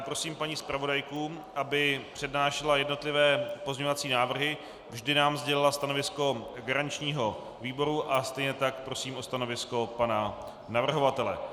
Prosím paní zpravodajku, aby přednášela jednotlivé pozměňovací návrhy, vždy nám sdělila stanovisko garančního výboru, a stejně tak prosím o stanovisko pana navrhovatele.